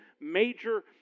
major